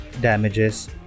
damages